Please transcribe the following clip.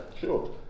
Sure